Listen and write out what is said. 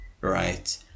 right